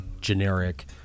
generic